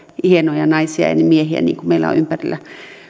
hienoja naisia ja ja miehiä niin kuin meillä on ympärillä